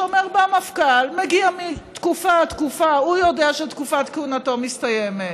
שאומר: בא מפכ"ל מגיע מתקופה עד תקופה: הוא יודע שתקופת כהונתו מסתיימת,